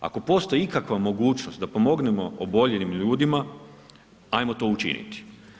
Ako postoji ikakva mogućnost da pomognemo oboljelim ljudima, ajmo to učiniti.